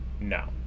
No